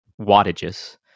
wattages